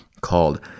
called